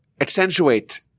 accentuate